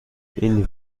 این